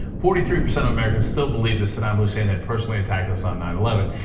forty three percent of americans still believe that saddam hussein had personally attacked us on nine eleven.